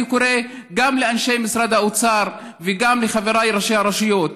אני קורא גם לאנשי משרד האוצר וגם לחבריי ראשי הרשויות: